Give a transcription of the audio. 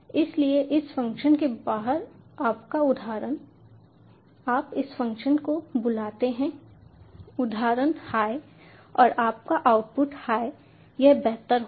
इसलिए इस फ़ंक्शन के बाहर आपका उदाहरण आप इस फ़ंक्शन को बुलाते हैं उदाहरण हाय और आपका आउटपुट हाय है यह बेहतर होगा